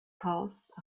caused